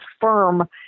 firm